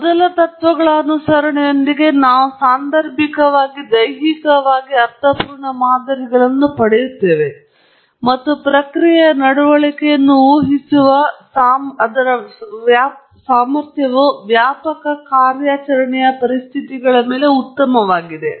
ಮೊದಲ ತತ್ವಗಳ ಅನುಸರಣೆಯೊಂದಿಗೆ ನಾವು ಸಾಂದರ್ಭಿಕವಾಗಿ ದೈಹಿಕವಾಗಿ ಅರ್ಥಪೂರ್ಣ ಮಾದರಿಗಳನ್ನು ಪಡೆಯುತ್ತೇವೆ ಮತ್ತು ಪ್ರಕ್ರಿಯೆಯ ನಡವಳಿಕೆಯನ್ನು ಊಹಿಸುವ ಅದರ ಸಾಮರ್ಥ್ಯವು ವ್ಯಾಪಕ ಕಾರ್ಯಾಚರಣೆಯ ಪರಿಸ್ಥಿತಿಗಳ ಮೇಲೆ ಉತ್ತಮವಾಗಿದೆ